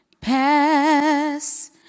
pass